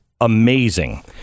Amazing